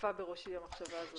שחלפה בראשי המחשבה הזו.